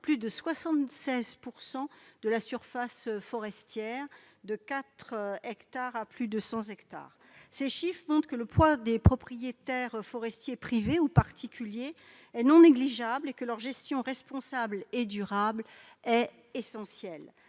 plus de 76 % de la surface forestière, de 4 hectares à plus de 100 hectares. Ces chiffres montrent que le poids des propriétaires forestiers privés ou particuliers est non négligeable, et que leur gestion responsable et durable est essentielle.